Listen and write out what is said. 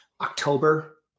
October